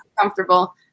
Comfortable